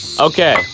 Okay